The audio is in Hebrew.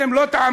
אתם לא תעמדו.